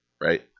right